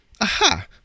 Aha